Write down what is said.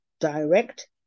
direct